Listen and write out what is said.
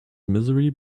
misery